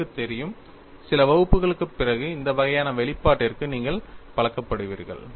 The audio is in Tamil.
உங்களுக்கு தெரியும் சில வகுப்புகளுக்குப் பிறகு இந்த வகையான வெளிப்பாட்டிற்கு நீங்கள் பழக்கப்படுவீர்கள்